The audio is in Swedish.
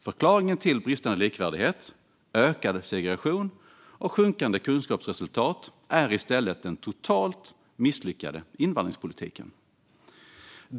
Förklaringen till bristande likvärdighet, ökad segregation och sjunkande kunskapsresultat är i stället den totalt misslyckade invandringspolitiken.